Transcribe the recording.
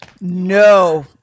no